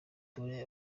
dore